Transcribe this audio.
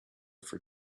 for